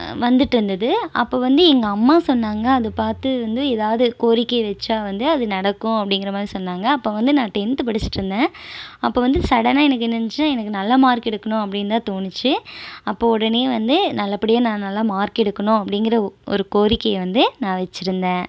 வந்துகிட்ருந்துது அப்போ வந்து எங்கள் அம்மா சொன்னாங்கள் அது பார்த்து வந்து எதாவது கோரிக்கை வச்சால் வந்து அது நடக்கும் அப்படிங்கற மாதிரி சொன்னாங்கள் அப்போ வந்து நான் டெந்த் படிச்சிகிட்ருந்தன் அப்போ வந்து சடனாக எனக்கு என்ன ஆனுச்சினால் எனக்கு நல்ல மார்க் எடுக்கணும் அப்படினுதா தோணுச்சு அப்போ உடனே வந்து நல்ல படியாக நான் நல்ல மார்க் எடுக்கணும் அப்படிங்கற ஒரு கோரிக்கை வந்து நான் வச்சிருந்தேன்